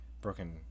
Broken